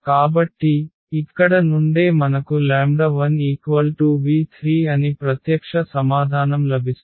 కాబట్టి ఇక్కడ నుండే మనకు 1v3 అని ప్రత్యక్ష సమాధానం లభిస్తుంది